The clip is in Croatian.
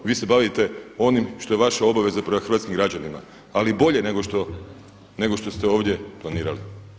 Vi se bavite onim što je vaša obaveza prema hrvatskim građanima, ali bolje nego što ste ovdje planirali.